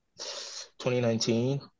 2019